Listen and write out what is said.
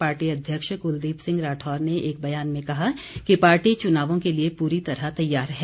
party अध्यक्ष कुलदीप सिंह राठौर ने एक बयान में कहा कि पार्टी चुनावों के लिए पूरी तरह तैयार है